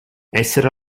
essere